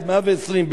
עד מאה-ועשרים,